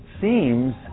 seems